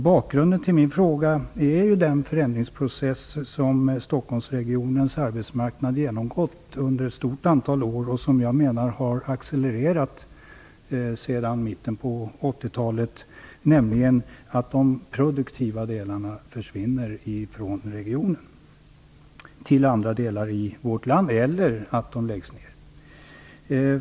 Bakgrunden till min fråga är den förändringsprocess som Stockholmsregionens arbetsmarknad genomgått under ett stort antal år och som jag menar har accelererat sedan mitten av 80-talet, nämligen att de produktiva delarna försvinner från regionen till andra delar av vårt land eller läggs ner.